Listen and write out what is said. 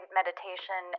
meditation